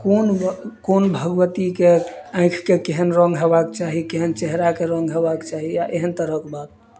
कोन कोन भगवतीके आँखिके केहन रङ्ग हेबाक चाही केहन चेहरा के रङ्ग हेबाक चाही आ एहेन तरहके बात